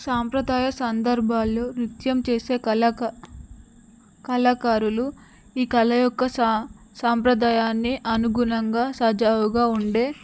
సాంప్రదాయ సందర్భాల్లో నృత్యం చేసే కళక కళాకారులు ఈ కళ యొక్క సా సాంప్రదాయాన్ని అనుగుణంగా సజావుగా ఉండే